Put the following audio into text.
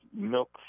milk